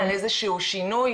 איזשהו שינוי?